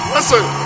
Listen